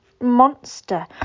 monster